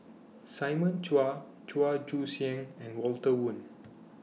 Simon Chua Chua Joon Siang and Walter Woon